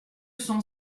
son